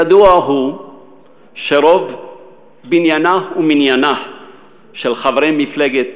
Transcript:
ידוע שרוב בניינה ומניינה של מפלגת